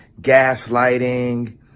gaslighting